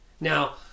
Now